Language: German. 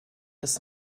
des